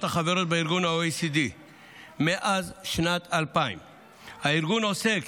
החברות ב-OECD מאז שנת 2000. הארגון עוסק